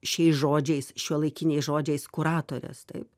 šiais žodžiais šiuolaikiniais žodžiais kuratorės taip